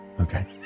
Okay